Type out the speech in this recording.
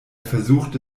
versuchte